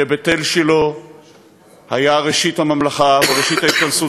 שבית-אל ושילה היו ראשית הממלכה וראשית ההתכנסות